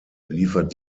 liefert